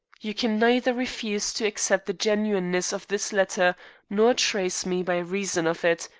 you can neither refuse to accept the genuineness of this letter nor trace me by reason of it,